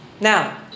Now